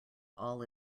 all